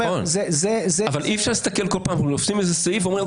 נכון, אבל כל פעם אנחנו עושים איזה סעיף, ואומרים: